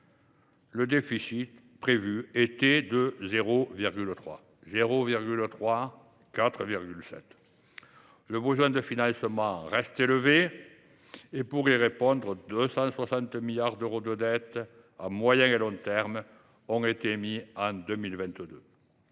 un déficit de 0,3 %… Le besoin de financement reste élevé et, pour y répondre, 260 milliards d’euros de dettes à moyen terme et à long terme ont été émis en 2022.